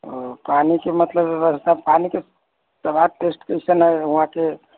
ओ पानीके मतलब व्यवस्था पानीके वहाँ टेस्ट कैसन हइ वहाँके